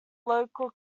local